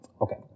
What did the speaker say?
Okay